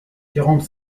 quarante